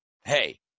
hey